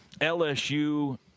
LSU